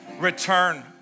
return